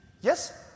Yes